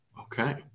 Okay